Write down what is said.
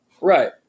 Right